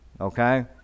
okay